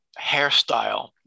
Hairstyle